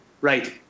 Right